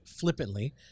flippantly